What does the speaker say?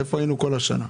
איפה היינו כל השנה?